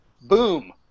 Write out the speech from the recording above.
Boom